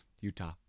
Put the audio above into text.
Utah